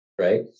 Right